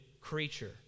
creature